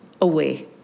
away